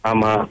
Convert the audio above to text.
Ama